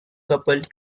coupled